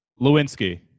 Lewinsky